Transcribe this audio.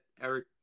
Eric